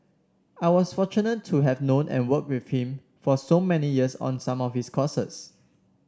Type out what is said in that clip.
I was fortunate to have known and worked with him for so many years on some of his causes